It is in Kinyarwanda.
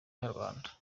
nyarwanda